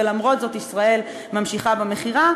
ולמרות זאת ישראל ממשיכה במכירה,